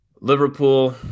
Liverpool